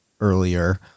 earlier